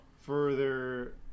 further